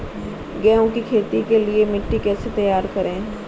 गेहूँ की खेती के लिए मिट्टी कैसे तैयार करें?